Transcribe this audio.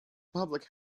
public